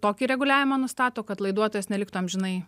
tokį reguliavimą nustato kad laiduotojas neliktų amžinai